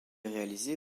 réalisé